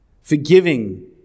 Forgiving